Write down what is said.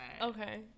Okay